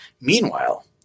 Meanwhile